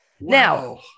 now